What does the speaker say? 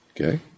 Okay